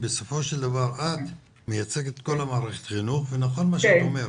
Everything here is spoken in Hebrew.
בסופו של דבר את מייצגת את כל מערכת החינוך ונכון מה שאת אומרת,